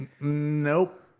Nope